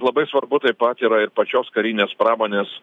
labai svarbu taip pat yra ir pačios karinės pramonės